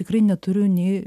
tikrai neturiu nei